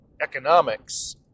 economics